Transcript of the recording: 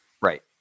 Right